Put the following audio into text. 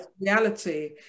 reality